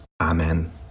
Amen